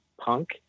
punk